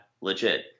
legit